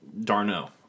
Darno